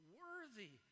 worthy